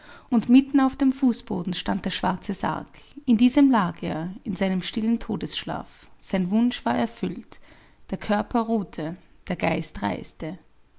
und mitten auf dem fußboden stand der schwarze sarg in diesem lag er in seinem stillen todesschlaf sein wunsch war erfüllt der körper ruhte der geist reiste